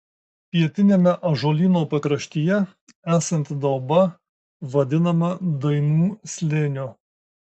pietiniame ąžuolyno pakraštyje esanti dauba vadinama dainų slėniu